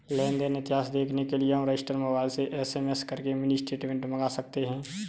लेन देन इतिहास देखने के लिए हम रजिस्टर मोबाइल से एस.एम.एस करके मिनी स्टेटमेंट मंगा सकते है